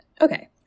Okay